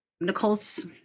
nicole's